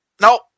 no